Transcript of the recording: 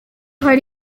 hari